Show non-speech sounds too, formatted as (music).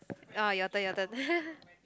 ah your turn your turn (laughs)